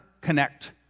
connect